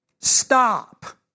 Stop